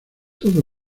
toda